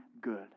good